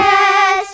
Yes